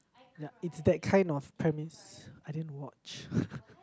ya it's that kind of premise I didn't watch